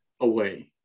away